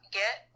get